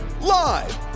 Live